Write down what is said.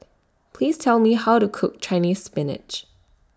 Please Tell Me How to Cook Chinese Spinach